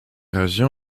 régions